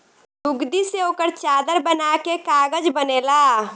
लुगदी से ओकर चादर बना के कागज बनेला